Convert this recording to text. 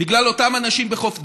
בגלל אותם אנשים בחוף דור,